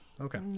Okay